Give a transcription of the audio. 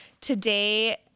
today